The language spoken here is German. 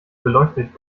beleuchtet